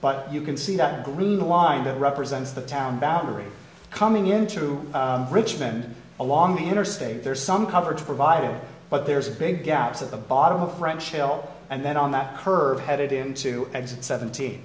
but you can see that green the wind that represents the town boundary coming into richmond along the interstate there's some coverage provided but there's a big gaps at the bottom of french hill and then on that curve headed into exit sevent